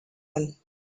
one